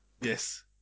Yes